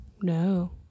No